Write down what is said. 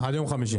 עד יום חמישי.